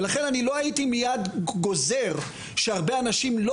ולכן אני לא הייתי מייד גוזר שהרבה אנשים לא